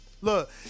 Look